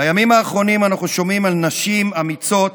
בימים האחרונים אנחנו שומעים על נשים אמיצות